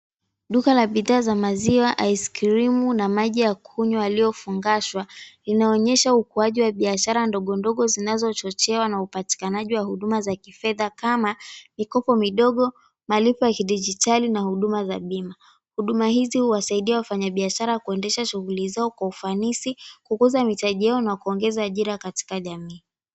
Duka la bidhaa za maziwa, Ice cream na maji ya kunywa yaliyofungashwa. Inaonyesha ukuaji wa biashara ndogo ndogo zinazochochewa na upatikanaji wa huduma za kifedha kama mikopo midogo, malipo ya kidijitali na huduma za bima. Huduma hizi huwasaidia wafanyabiashara kuendesha shughuli zao kwa ufanisi, kukuza mitajio na kuongeza ajira katika jamii.